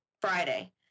Friday